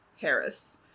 Harris